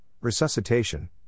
resuscitation